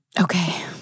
Okay